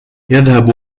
يذهب